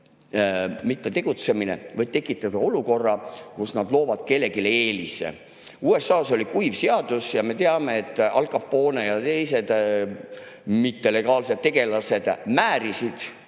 mittetegutsemine võib tekitada olukorra, kus nad loovad kellelegi eelise. USA-s oli kuiv seadus ja me teame, et Al Capone ja teised mittelegaalsed tegelased määrisid